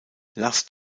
last